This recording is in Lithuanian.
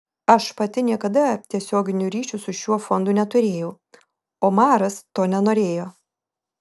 aš pati niekada tiesioginių ryšių su šiuo fondu neturėjau omaras to nenorėjo